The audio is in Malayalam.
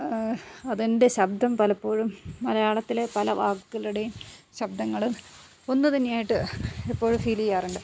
അതിൻ്റെ ശബ്ദം പലപ്പോഴും മലയാളത്തിലെ പല വാക്കുകളുടെയും ശബ്ദങ്ങൾ ഒന്ന് തന്നെയായിട്ട് എപ്പോഴും ഫീൽ ചെയ്യാറു